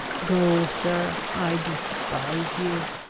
go, sir i despise you.